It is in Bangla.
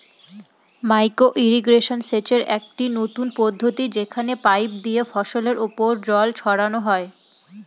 মাইক্র ইর্রিগেশন সেচের একটি নতুন পদ্ধতি যেখানে পাইপ দিয়ে ফসলের ওপর জল ছড়ানো হয়